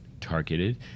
targeted